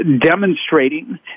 demonstrating